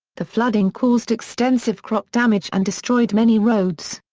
the flooding caused extensive crop damage and destroyed many roads.